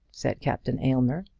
said captain aylmer.